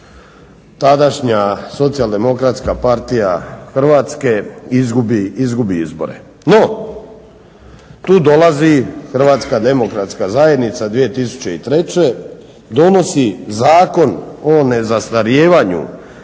tadašnja Socijaldemokratska partija Hrvatske izgubi izbore. No, tu dolazi Hrvatska demokratska zajednica 2003., donosi Zakon o nezastarijevanju